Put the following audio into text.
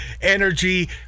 energy